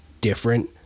different